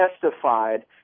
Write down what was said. testified